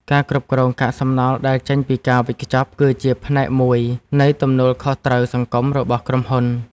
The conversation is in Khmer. ការគ្រប់គ្រងកាកសំណល់ដែលចេញពីការវេចខ្ចប់គឺជាផ្នែកមួយនៃទំនួលខុសត្រូវសង្គមរបស់ក្រុមហ៊ុន។